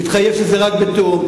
תתחייב שזה רק בתיאום.